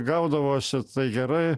gaudavosi tai gerai